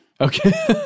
Okay